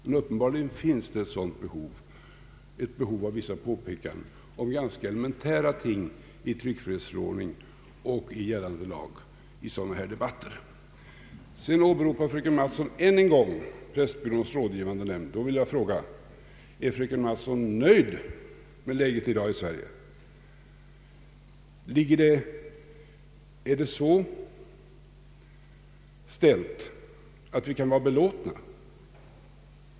Men uppenbarligen finns det ett behov av vissa påpekanden om ganska elementära ting i tryckfrihetsförordningen och gällande lag i debatter som denna. Fröken Mattson åberopade än en gång Pressbyråns rådgivande nämnd. Jag vill fråga: Är fröken Mattson nöjd med läget i Sverige i dag? Är det så ställt att vi kan vara belåtna?